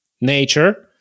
Nature